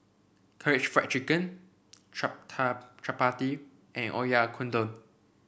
Karaage Fried Chicken Chapati and Oyakodon